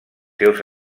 seus